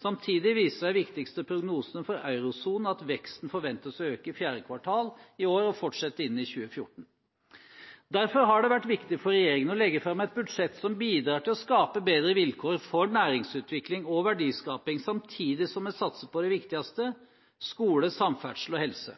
Samtidig viser de viktigste prognosene for eurosonen at veksten forventes å øke i fjerde kvartal i år og fortsette inn i 2014. Derfor har det vært viktig for regjeringen å legge fram et budsjett som bidrar til å skape bedre vilkår for næringsutvikling og verdiskaping, samtidig som vi satser på det viktigste – skole, samferdsel og helse.